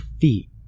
feet